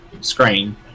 screen